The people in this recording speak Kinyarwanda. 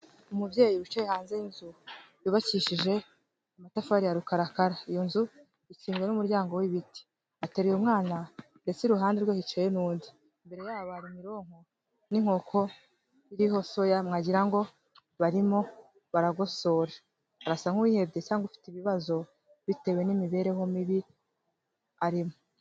Umubyeyi wicaye hanze y'inzu yubakishije amatafari ya rukarakara. Iyo nzu ikinzwe n'umuryango w'ibiti. Ateruye umwana ndetse iruhande rwe hicaye n'undi. Imbere yabo hari mironko n'inkoko iriho soya wagira ngo barimo baragosora. Arasa nk'uwihebye cyangwa ufite ibibazo bitewe n'imibereho mibi arimo.